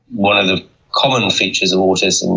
one of the common features of autism